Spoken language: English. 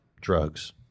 drugs